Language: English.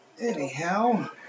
Anyhow